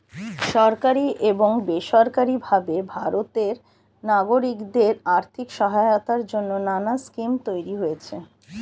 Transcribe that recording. সরকারি এবং বেসরকারি ভাবে ভারতের নাগরিকদের আর্থিক সহায়তার জন্যে নানা স্কিম তৈরি হয়েছে